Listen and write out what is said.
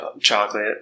chocolate